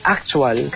Actual